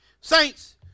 Saints